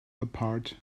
apart